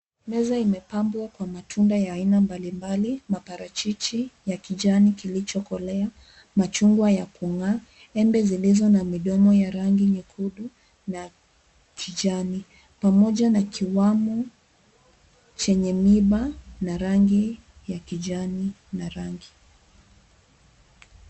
Meza Imepambwa kwa matunda ya aina mbalimbali, maparachichi ya kijani kilichokolea, machungwa ya kung'aa, embe zilizo na midomo ya rangi nyekundu na kijani pamoja na kiwamo chenye miba na rangi ya kijani na rangi.